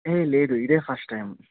ఏ లేదు ఇదే first time